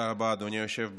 תודה רבה, אדוני היושב בראש.